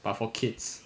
but for kids